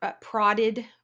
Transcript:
prodded